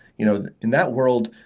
you know in that world,